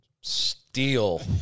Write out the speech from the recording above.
steel